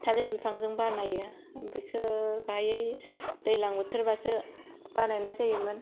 थालिर बिफांजों बानायो बेखौ दायै दैज्लां बोथोर बासो बानायनाय जायोमोन